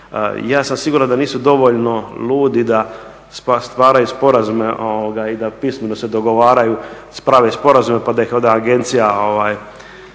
Ja sam siguran da nisu dovoljno ludi da stvaraju sporazume i da pismeno se dogovaraju, prave sporazume pa da ih onda agencija